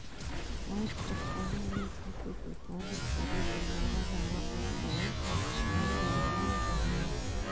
आएज कर समे में खेती किसानी करे बर नावा नावा उपकरन आए लगिन अहें